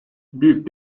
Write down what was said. büyük